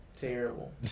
Terrible